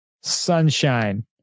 sunshine